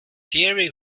thierry